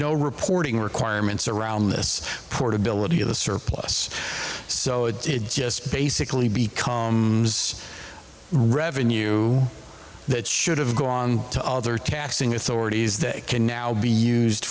no reporting requirements around this portability of the surplus so it just basically become revenue that should have gone to other taxing authorities that can now be used